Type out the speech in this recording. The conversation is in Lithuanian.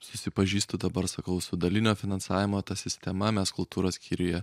susipažįstu dabar sakau su dalinio finansavimo ta sistema mes kultūros skyriuje